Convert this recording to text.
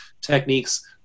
techniques